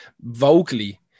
vocally